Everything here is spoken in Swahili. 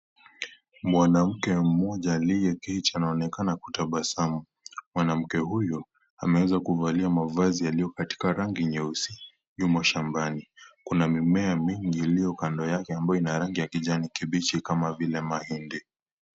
Mwanamke mmoja, aliyeketi anaonekana kutabasamu. Mwanamke huyu, ameweza kuvalia mavazi yaliyo katika rangi nyeusi. Yumo shambani. Kuna mimea mingi iliyo kando yake ambayo ina rangi ya kijani kibichi kama vile, mahindi.